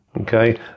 okay